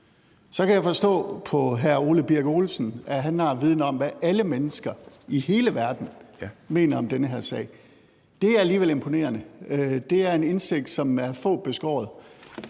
Så kan jeg forstå på hr. Ole Birk Olesen, at han har viden om, hvad alle mennesker i hele verden mener om den her sag. Det er alligevel imponerende. Det er en indsigt, som er få beskåret.